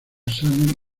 sano